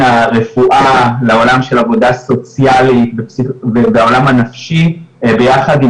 הרפואה לעולם של עבודה סוציאלית והעולם הנפשי ביחד עם